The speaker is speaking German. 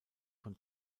von